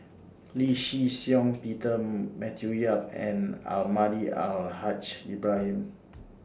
Lee Shih Shiong Peter Matthew Yap and Almahdi Al Haj Ibrahim